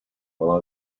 while